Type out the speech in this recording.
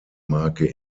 marke